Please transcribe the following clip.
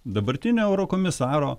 dabartinio eurokomisaro